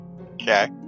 Okay